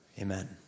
Amen